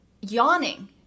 yawning